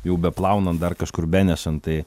jau beplaunant dar kažkur benešant tai